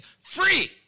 free